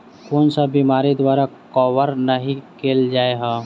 कुन सब बीमारि द्वारा कवर नहि केल जाय है?